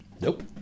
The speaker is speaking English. Nope